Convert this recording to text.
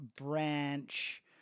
Branch